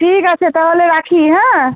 ঠিক আছে তাহলে রাখি হ্যাঁ